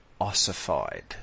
ossified